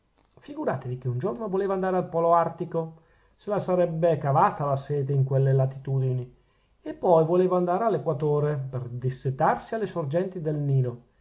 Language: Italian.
figuratevi che un giorno voleva andare al polo artico se la sarebbe cavata la sete in quelle latitudini e poi voleva andare all'equatore per dissetarsi alle sorgenti del nilo